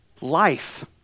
life